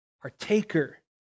partaker